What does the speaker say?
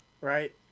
right